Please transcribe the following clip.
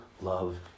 love